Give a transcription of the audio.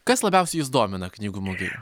kas labiausiai jus domina knygų mugėj